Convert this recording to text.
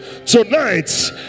Tonight